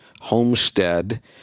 homestead